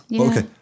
Okay